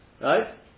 right